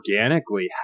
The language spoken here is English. organically